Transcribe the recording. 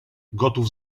gotów